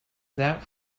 that